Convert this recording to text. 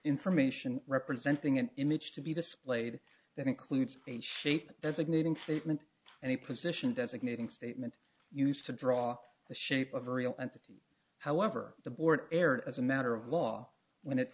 information representing an image to be displayed that includes a shape as igniting statement and he positions designating statement used to draw the shape of real entity however the board erred as a matter of law when it